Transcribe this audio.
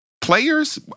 Players